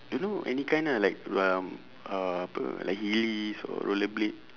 don't know any kind ah like um uh apa like heelys or roller blade